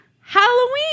Halloween